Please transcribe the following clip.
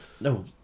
No